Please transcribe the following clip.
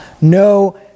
No